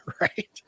right